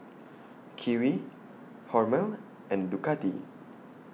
Kiwi Hormel and Ducati